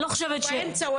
הוא באמצע.